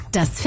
Das